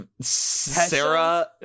Sarah